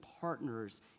partners